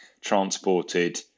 transported